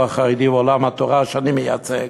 החרדי ועולם התורה שאני וחברי מייצגים,